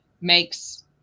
makes